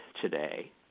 today